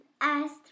asked